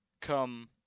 come